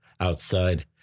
outside